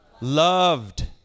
loved